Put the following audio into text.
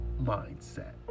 mindset